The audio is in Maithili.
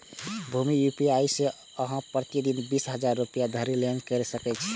भीम यू.पी.आई सं अहां प्रति दिन बीस हजार रुपैया धरि लेनदेन कैर सकै छी